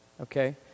okay